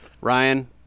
Ryan